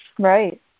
Right